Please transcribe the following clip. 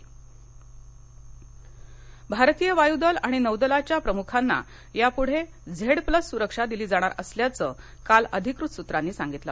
Z plus भारतीय वायू दल आणि नौदलाच्या प्रमुखांना यापुढे झेड प्लस सुरक्षा दिली जाणार असल्याचं काल अधिकृत सूत्रांनी सांगितलं